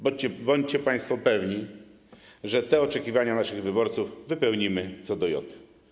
Bądźcie państwo pewni, że te oczekiwania naszych wyborców wypełnimy co do joty.